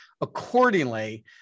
accordingly